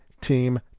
team